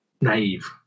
naive